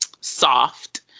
soft